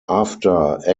after